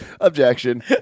Objection